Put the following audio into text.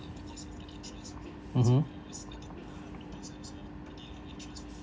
mmhmm